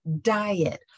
diet